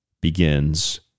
begins